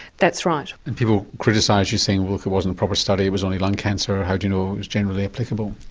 that's right. and people criticise you saying well it it wasn't a proper study, it was only lung cancer how do you know it was generally applicable?